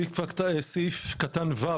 בסעיף קטן (ו),